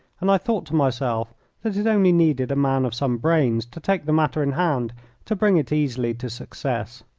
and i thought to myself that it only needed a man of some brains to take the matter in hand to bring it easily to success.